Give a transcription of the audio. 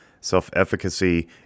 Self-efficacy